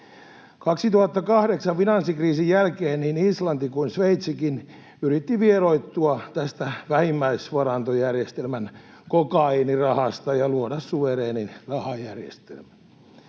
2008 finanssikriisin jälkeen niin Islanti kuin Sveitsikin yritti vieroittua tästä vähimmäisvarantojärjestelmän kokaiinirahasta ja luoda suvereenin rahajärjestelmän.